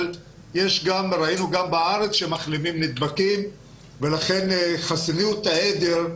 אבל ראינו גם בארץ שמחלימים נדבקים ולכן חסינות העדר,